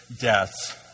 death's